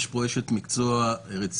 יש פה אשת מקצוע רצינית,